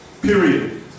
Period